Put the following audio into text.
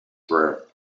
for